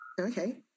Okay